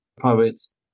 poets